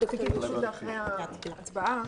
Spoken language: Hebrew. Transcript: חיכיתי לאחרי ההצבעה.